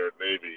Navy